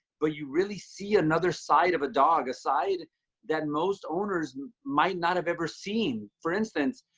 but you really see another side of a dog, a side that most owners might not have ever seen. for instance,